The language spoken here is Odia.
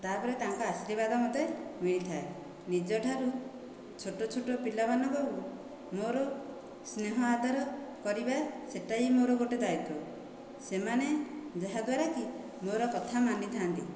ତାପରେ ତାଙ୍କ ଆଶୀର୍ବାଦ ମୋତେ ମିଳିଥାଏ ନିଜଠାରୁ ଛୋଟ ଛୋଟ ପିଲାମାନଙ୍କୁ ମୋର ସ୍ନେହ ଆଦର କରିବା ସେଇଟା ବି ମୋର ଗୋଟିଏ ଦାୟିତ୍ଵ ସେମାନେ ଯାହାଦ୍ୱାରାକି ମୋର କଥା ମାନିଥାନ୍ତି